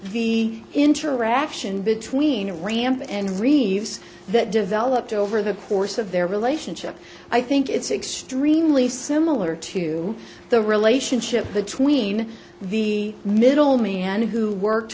the interaction between a ramp and receives that developed over the course of their relationship i think it's extremely similar to the relationship between the middle man who worked